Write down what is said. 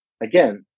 again